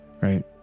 right